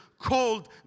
called